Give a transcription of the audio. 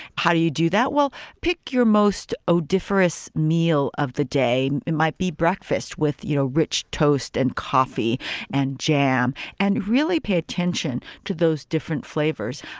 how do you do that? pick your most odoriferous meal of the day. it might be breakfast with you know rich toast, and coffee and jam. and really pay attention to those different flavors.